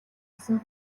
олсон